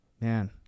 Man